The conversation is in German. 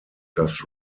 dass